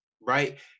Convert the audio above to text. right